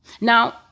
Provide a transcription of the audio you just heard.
Now